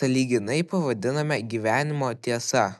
sąlyginai pavadiname gyvenimo tiesa